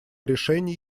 решение